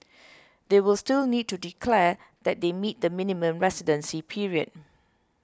they will still need to declare that they meet the minimum residency period